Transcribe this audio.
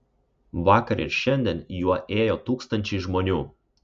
vakar ir šiandien juo ėjo tūkstančiai žmonių